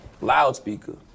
Loudspeaker